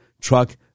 truck